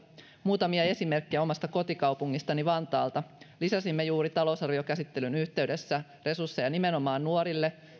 muutamia esimerkkejä omasta kotikaupungistani vantaalta lisäsimme juuri talousarviokäsittelyn yhteydessä resursseja nimenomaan nuorille